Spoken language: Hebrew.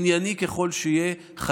ענייני ככל שיהיה,